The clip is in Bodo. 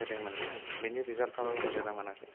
होदोंमोन ने बेनि रिजाल्टखौ मोनदोंना मोनाखै